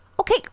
Okay